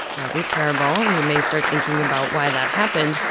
that would be terrible and you may start thinking about why that happened.